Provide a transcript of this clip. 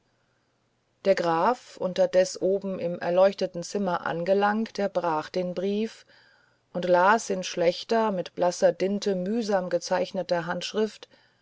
der graf unterdes oben im erleuchteten zimmer angelangt erbrach den brief und las in schlechter mit blasser dinte mühsam gezeichneter handschrift